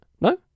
No